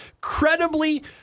credibly